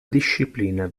disciplina